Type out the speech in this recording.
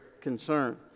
concern